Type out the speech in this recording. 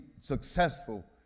successful